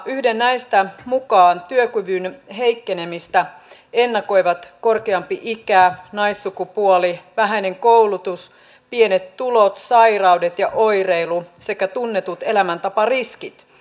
yhden näistä mukaan työkyvyn heikkenemistä ennakoivat korkeampi ikä naissukupuoli vähäinen koulutus pienet tulot sairaudet ja oireilu sekä tunnetut elämäntapariskit